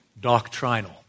doctrinal